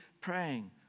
praying